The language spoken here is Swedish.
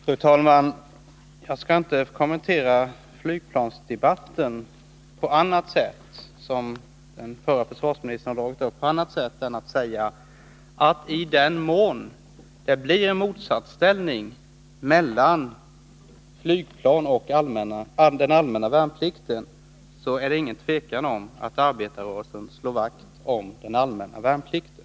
Fru talman! Jag skall inte kommentera den flygplansdebatt som den förre försvarsministern dragit upp på annat sätt än genom att säga att om flygplan och den allmänna värnplikten kommer i motsatsställning till varandra är det inget tvivel om att arbetarrörelsen slår vakt om den allmänna värnplikten.